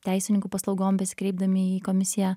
teisininkų paslaugom besikreipdami į komisiją